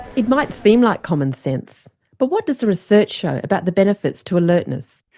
it might seem like common sense but what does the research show about the benefits to alertness?